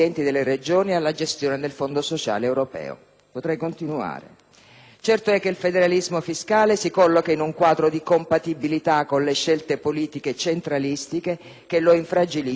Certo è che il federalismo fiscale si colloca in un quadro di compatibilità con le scelte politiche centralistiche, che lo infragilisce e solleva dubbi veri e perplessità sulla sua sorte finale.